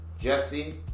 Jesse